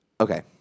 Okay